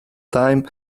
time